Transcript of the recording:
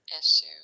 issue